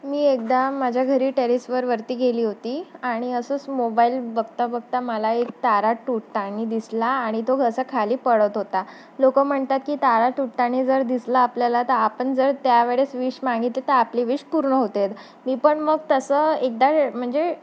मी एकदा माझ्या घरी टेरेसवर वरती गेली होती आणि असंच मोबाईल बघता बघता मला एक तारा तुटताना दिसला आणि तो कसा खाली पडत होता लोक म्हणतात की तारा तुटताना जर दिसला आपल्याला तर आपण जर त्यावेळेस विश मागितली तर आपली विश पूर्ण होते मी पण मग तसं एकदा म्हणजे